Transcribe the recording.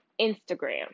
Instagram